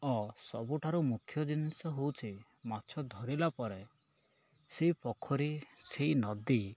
ଓ ସବୁଠାରୁ ମୁଖ୍ୟ ଜିନିଷ ହେଉଛି ମାଛ ଧରିଲା ପରେ ସେଇ ପୋଖରୀ ସେଇ ନଦୀ